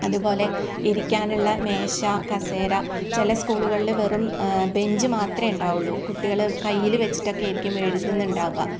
അതുപോലെ ഇരിക്കാനുള്ള മേശ കസേര ചി ല സ്കൂളുകളിൽ വെറും ബെഞ്ച് മാത്രമേ ഉണ്ടാവുള്ളൂ കുട്ടികൾ കയ്യിൽ വെച്ചിട്ട് ഒക്കെയാരിക്കും എഴുതുന്നുണ്ടാവുക